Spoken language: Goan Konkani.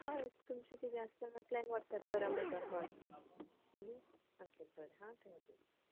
हय तुमचे किदें आसतना प्लॅन वॉट्सऍप करा म्हाका हय ओके बरें हां थँक्यू